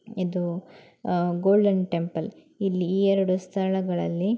ಇದು golden temple ಇಲ್ಲಿ ಈ ಎರಡು ಸ್ಥಳಗಳಲ್ಲಿ